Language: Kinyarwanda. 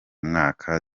mwaka